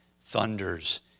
thunders